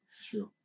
Sure